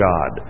God